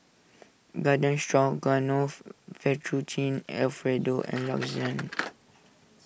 Garden Stroganoff Fettuccine Alfredo and Lasagne